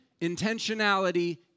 intentionality